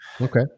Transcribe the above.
Okay